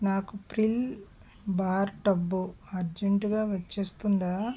నాకు Pril bar tub అర్జెంటుగా వచ్చేస్తుందా